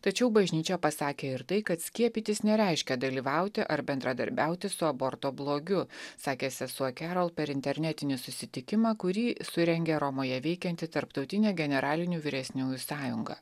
tačiau bažnyčia pasakė ir tai kad skiepytis nereiškia dalyvauti ar bendradarbiauti su aborto blogiu sakė sesuo kerol per internetinį susitikimą kurį surengė romoje veikianti tarptautinė generalinių vyresniųjų sąjunga